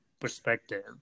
perspective